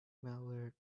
malware